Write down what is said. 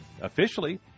officially